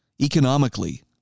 economically